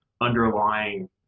underlying